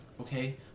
okay